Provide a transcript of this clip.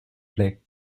plaît